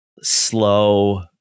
slow